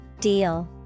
Deal